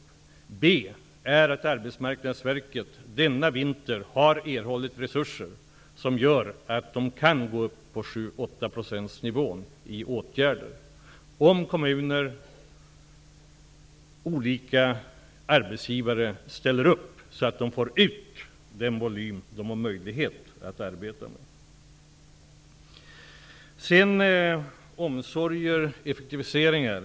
För det andra vill jag säga att Arbetsmarknadsverket denna vinter har erhållit resurser som gör att verket kan gå upp på en nivå på 7--8 % när det gäller åtgärder. Det gäller att kommuner och andra arbetsgivare ställer upp, så att AMS får ut den volym man har möjlighet att arbeta med. Viola Furubjelke talar om omsorg och effektiviseringar.